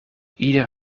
ieder